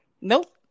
Nope